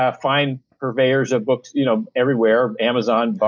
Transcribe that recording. ah fine purveyors of books you know everywhere amazon,